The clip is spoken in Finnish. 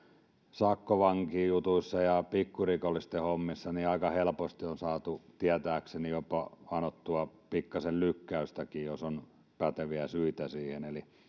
sakkovankijutuissa ja pikkurikollisten hommissa on aika helposti saatu tietääkseni jopa anottua pikkaisen lykkäystäkin jos on päteviä syitä siihen eli